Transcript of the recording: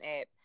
app